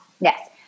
Yes